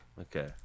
okay